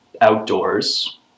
outdoors